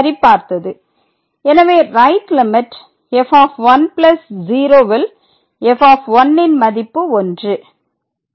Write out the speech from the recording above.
சரிபார்த்தது எனவே right limit f10 ல் f ன் மதிப்பு 1